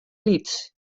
lyts